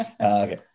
okay